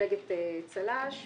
מפלגת צל"ש,